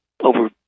Over